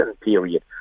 period